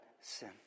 sin